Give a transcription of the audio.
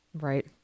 Right